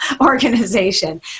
organization